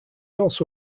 also